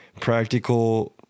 practical